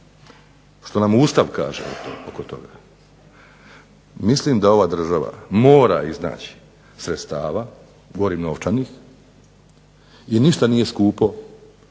Što nam Ustav kaže oko toga? Mislim da ova država mora iznaći novčanih sredstava i ništa nije skupo